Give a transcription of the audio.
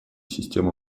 систем